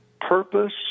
purpose